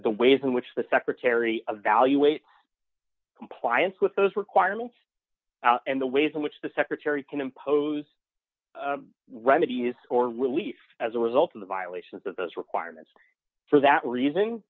the ways in which the secretary of valuate compliance with those requirements and the ways in which the secretary can impose remedies or relief as a result of the violations of those requirements for that reason